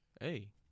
Hey